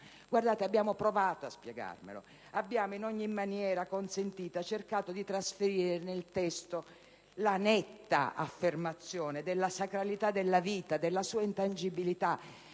Abbiamo provato a spiegarvelo. Abbiamo, in ogni maniera consentita, cercato di trasferire nel testo la netta affermazione della sacralità della vita, della sua intangibilità,